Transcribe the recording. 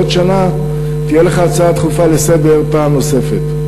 בעוד שנה תהיה לך הצעה דחופה לסדר-היום פעם נוספת.